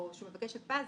או שהוא מבקש הקפאה,